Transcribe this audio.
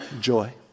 joy